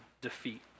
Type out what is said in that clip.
defeat